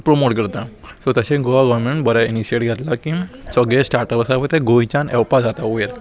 promote करता सो तशें गोवा गोवोरमेंट बरें इनिशिएटीव घेतलां की सगलें स्टार्ट आसा पळय तें गोंयच्यान येवपा जाता वयर